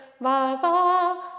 Baba